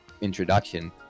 introduction